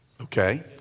Okay